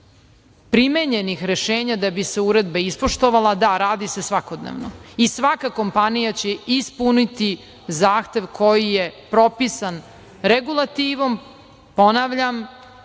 primenjenih rešenja da bi se uredba ispoštovala, da, radi se svakodnevno. Svaka kompanija će ispuniti zahtev koji je propisan regulativom, ponavljam,